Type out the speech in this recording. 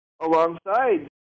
alongside